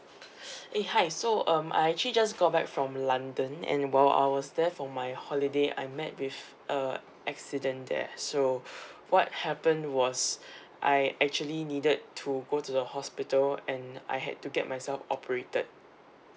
eh hi so um I actually just got back from london and while I was there for my holiday I met with a accident there so what happened was I actually needed to go to the hospital and I had to get myself operated